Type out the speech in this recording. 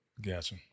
Gotcha